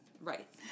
Right